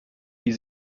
die